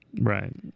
Right